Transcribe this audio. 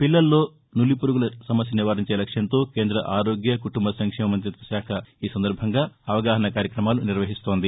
పిల్లల్లో నులిపురుగుల సమస్య నివారించే లక్ష్యంతో కేంద్ర ఆరోగ్య కుటుంబ సంక్షేమ మంతిత్వ శాఖ ఈ సందర్బంగా అవగాహన కార్యక్రమాలు నిర్వహిస్తోంది